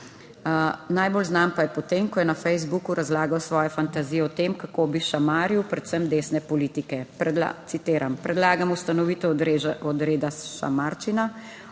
najbolj znan pa je po tem ko je na Facebooku razlagal svoje fantazije o tem, kako bi šamaril predvsem desne politike, citiram: "Predlagam ustanovitev odreda Šamarčina